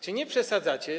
Czy nie przesadzacie?